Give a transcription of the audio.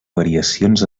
variacions